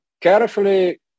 carefully